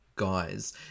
guys